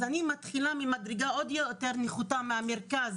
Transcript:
אז אני מתחילה ממדרגה עוד יותר נחותה מהמרכז